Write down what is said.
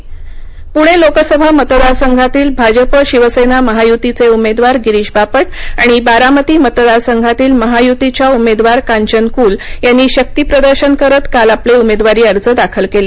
प्णे लोकसभा पूणे लोकसभा मतदारसंघातील भाजप शिवसेना महायुतीचे उमेदवार गिरीश बापट आणि बारामती मतदार संघातील महायुतीच्या उमेदवार कांचन कुल यांनी शक्ती प्रदर्शन करत काल आपले उमेदवारी अर्ज दाखल केले